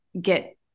get